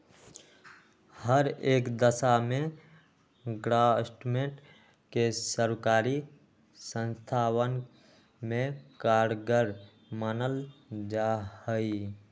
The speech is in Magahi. हर एक दशा में ग्रास्मेंट के सर्वकारी संस्थावन में कारगर मानल जाहई